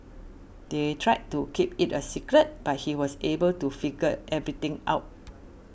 they tried to keep it a secret but he was able to figure everything out